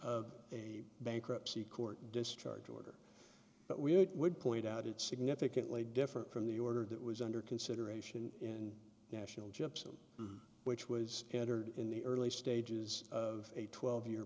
of a bankruptcy court discharge order but we would point out it's significantly different from the order that was under consideration in national gypsum which was entered in the early stages of a twelve year